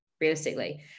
realistically